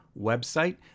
website